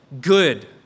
good